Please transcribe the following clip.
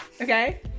Okay